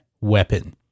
weapon